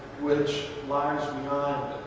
which lies beyond